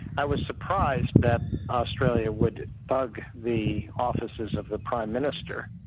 i was surprised that australia would bug the offices of the prime minister.